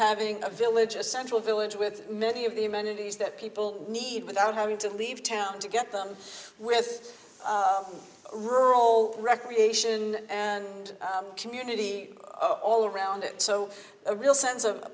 having a village a central village with many of the amenities that people need without having to leave town to get them with rural recreation and community all around it so a real sense of a